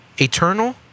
Eternal